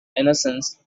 innocence